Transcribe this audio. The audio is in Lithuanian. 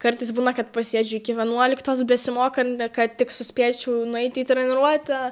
kartais būna kad pasėdžiu iki vienuoliktos besimokant kad tik suspėčiau nueiti į treniruotę